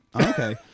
okay